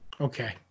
Okay